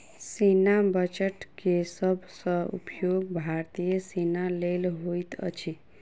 सेना बजट के सब सॅ उपयोग भारतीय सेना लेल होइत अछि